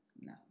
No